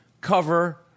cover